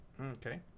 Okay